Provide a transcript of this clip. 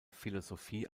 philosophie